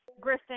Griffin